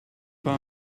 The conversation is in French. pas